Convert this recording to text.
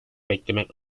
beklemek